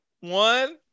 one